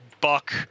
Buck